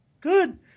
good